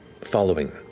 following